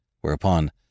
whereupon